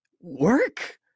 work